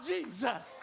Jesus